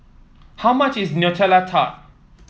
how much is Nutella Tart